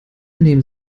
nehmen